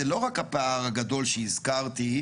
זה לא רק הפער הגדול שהזכרתי.